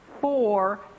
four